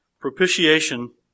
propitiation